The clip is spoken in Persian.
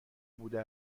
بوده